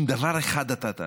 אם דבר אחד אתה תעשה,